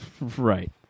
Right